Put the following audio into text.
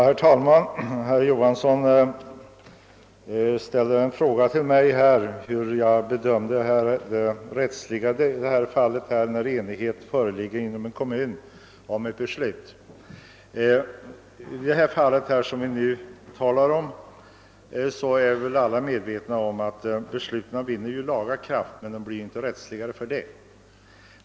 Herr talman! Herr Johansson i Trollhättan frågade mig hur jag bedömer det rättsliga läget, om enighet föreligger inom en kommun angående ett beslut om näringspolitiskt stöd. Alla är väl medvetna om att ett sådant beslut kan vinna laga kraft, men det blir inte lagligt ändå.